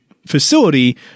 facility